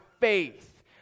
faith